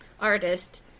artist